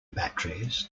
batteries